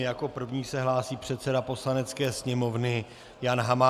Jako první se hlásí předseda Poslanecké sněmovny Jan Hamáček.